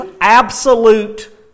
absolute